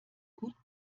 gut